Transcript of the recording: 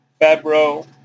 Fabro